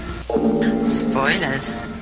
spoilers